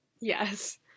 Yes